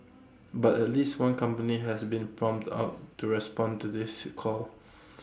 but at least one company has been prompt out to respond to this his call